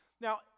Now